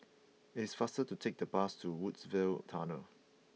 it is faster to take the bus to Woodsville Tunnel